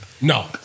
No